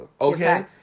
okay